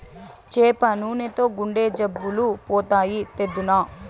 చేప నూనెతో గుండె జబ్బులు పోతాయి, తెద్దునా